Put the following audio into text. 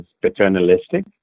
paternalistic